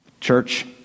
Church